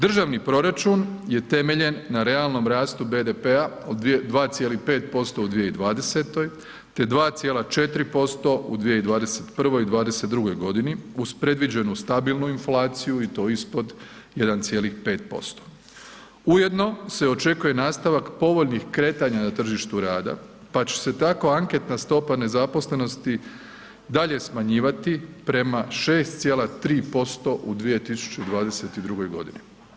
Državni proračun je temeljen na realnom rastu BDP-a od 2,5% u 2020. te 2,4% u 2021. i '22. godini uz predviđenu stabilnu inflaciju i to ispod 1,5%, ujedno se očekuje nastavak povoljnih kretanja na tržištu rada, pa će se tako anketna stopa nezaposlenosti dalje smanjivati prema 6,3% u 2022. godini.